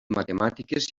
matemàtiques